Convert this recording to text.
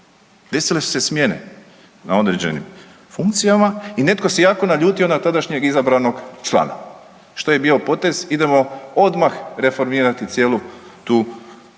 Desile su se smjene na određenim funkcijama i netko se jako naljutio na tadašnjeg izabranog člana, što je bio potez, idemo odmah reformirati cijelu tu Komoru